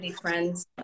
friends